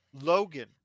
Logan